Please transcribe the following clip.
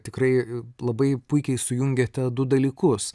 tikrai labai puikiai sujungiate du dalykus